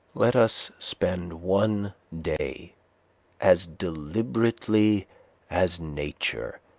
let us spend one day as deliberately as nature,